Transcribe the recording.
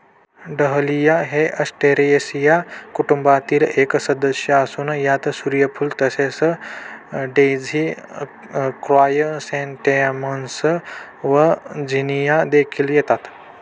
dahlia हे Asteraceae कुटुंबातील एक सदस्य असून यात सूर्यफूल तसेच डेझी क्रायसॅन्थेमम्स व झिनिया देखील येतात